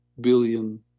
billion